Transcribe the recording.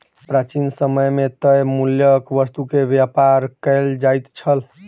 प्राचीन समय मे तय मूल्यक वस्तु के व्यापार कयल जाइत छल